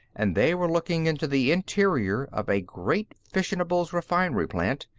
and they were looking into the interior of a great fissionables refinery plant,